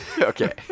Okay